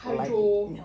hydro